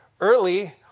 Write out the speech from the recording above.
early